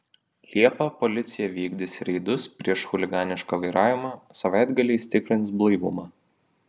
liepą policija vykdys reidus prieš chuliganišką vairavimą savaitgaliais tikrins blaivumą